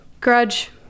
grudge